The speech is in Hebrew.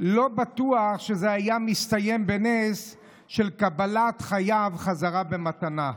לא בטוח שזה היה מסתיים בנס של קבלת חייו בחזרה במתנה.